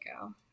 go